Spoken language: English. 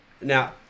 Now